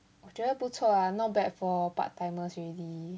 我觉得不错啊 not bad for part timers already